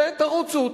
ותרוצו,